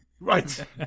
right